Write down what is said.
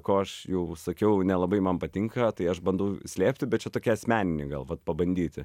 ko aš jau sakiau nelabai man patinka tai aš bandau slėpti bet čia tokia asmeninė gal va pabandyti